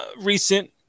recent